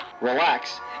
relax